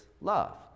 love